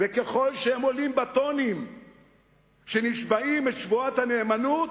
וככל שהם עולים בטונים כשהם נשבעים את שבועת הנאמנות,